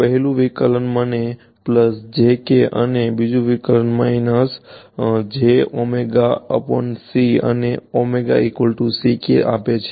પહેલું વિકલન મને jk અને બીજું વિકલન મને અને આપે છે